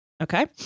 Okay